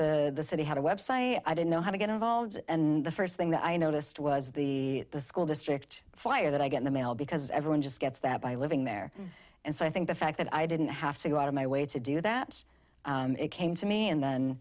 even the city had a website i didn't know how to get involved and the first thing that i noticed was the school district flyer that i get the mail because everyone just gets that by living there and so i think the fact that i didn't have to go out of my way to do that it came to me and then